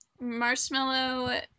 marshmallow